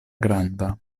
granda